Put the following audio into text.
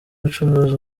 ucuruza